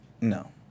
No